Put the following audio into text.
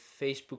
Facebook